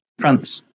France